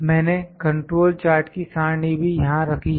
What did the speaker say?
मैंने control chart की सारणी भी यहां रखी है